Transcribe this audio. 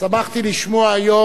אני אומר, כשאת תגיעי למיקרופון.